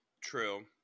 True